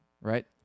right